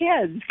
kids